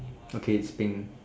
okay it's pink it's pink